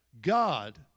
God